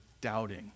doubting